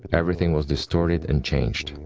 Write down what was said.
everything was distorted and changed.